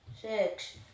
six